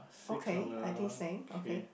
okay I think same okay